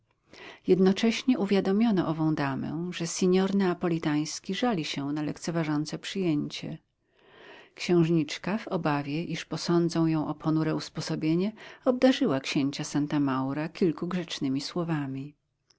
jednocześnie uwiadomiono ową damę że signor neapolitański żali się na lekceważące przyjęcie księżniczka w obawie iż posądzą ją o ponure usposobienie obdarzyła księcia santa maura kilku grzecznymi słowami